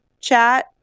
chat